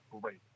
Great